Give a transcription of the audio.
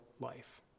life